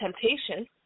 temptation